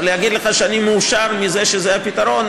להגיד לך שאני מאושר מזה שזה הפתרון?